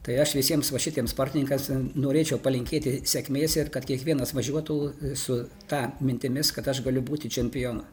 tai aš visiems va šitiems sportininkams norėčiau palinkėti sėkmės ir kad kiekvienas važiuotų su ta mintimis kad aš galiu būti čempionu